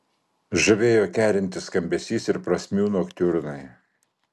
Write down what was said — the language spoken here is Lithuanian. žavėjo kerintis skambesys ir prasmių noktiurnai